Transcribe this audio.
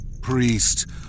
priest